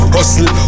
Hustle